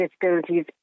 disabilities